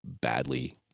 badly